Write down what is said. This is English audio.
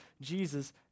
Jesus